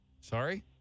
Sorry